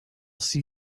see